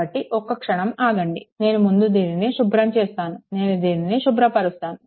కాబట్టి ఒక క్షణం ఆగండి నేను ముందు దీని శుభ్రం చేస్తాను నేను దీనిని శుభ్రపరుస్తాను